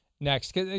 next